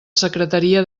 secretaria